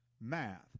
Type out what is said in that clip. math